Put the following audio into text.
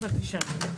בבקשה.